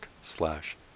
slash